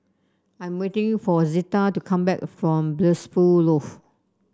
I 'm waiting for Zita to come back from Blissful Loft